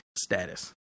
status